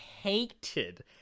hated